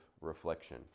reflection